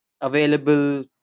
available